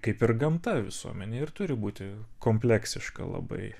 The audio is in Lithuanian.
kaip ir gamta visuomenė turi būti kompleksiška labai